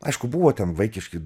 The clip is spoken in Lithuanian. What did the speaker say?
aišku buvo ten vaikiški